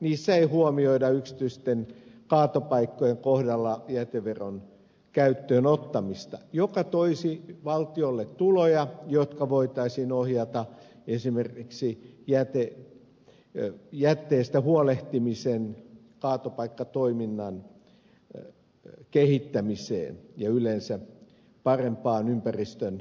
niissä ei huomioida yksityisten kaatopaikkojen kohdalla jäteveron käyttöön ottamista joka toisi valtiolle tuloja jotka voitaisiin ohjata esimerkiksi jätteestä huolehtimisen kaatopaikkatoiminnan kehittämiseen ja yleensä parempaan ympäristöstä huolehtimiseen